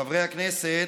חברי הכנסת,